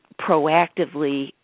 proactively